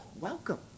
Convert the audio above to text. welcome